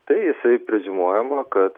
tai jisai preziumuojama kad